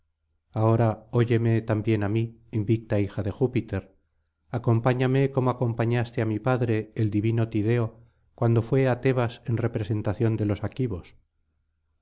ahora óyeme también á mí invicta hija de júpiter acompáñame como acompañaste á mi padre el divino tideo cuando fué á tebas en representación de los aquivos